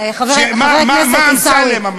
חבר הכנסת עיסאווי, מה אמסלם אמר?